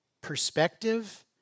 perspective